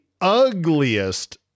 ugliest